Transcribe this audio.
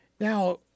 Now